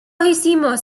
hicimos